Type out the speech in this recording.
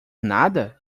nada